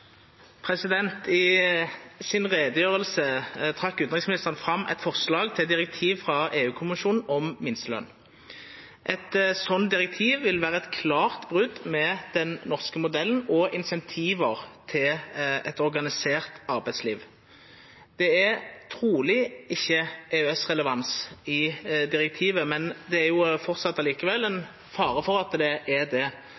I utgreiinga si trekte utanriksministeren fram eit forslag til direktiv frå EU-kommisjonen om minsteløn. Eit sånt direktiv vil vera eit klart brot med den norske modellen og insentiva til eit organisert arbeidsliv. Det er truleg ikkje EØS-relevans i direktivet, men det er framleis likevel ein fare for at det er det. Dersom det skulle visa seg at det